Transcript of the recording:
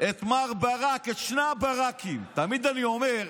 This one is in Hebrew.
את מר ברק, את שני הברקים, תמיד אני אומר: